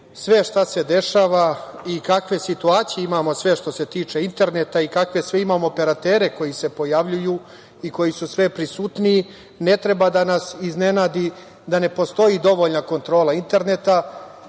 sve šta se dešava, i kakve situacije imamo sve što se tiče interneta i kakve sve imamo operatere koji se pojavljuju i koji su sve prisutniji, ne treba da nas iznenadi da ne postoji dovoljna kontrola interneta